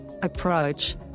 approach